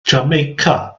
jamaica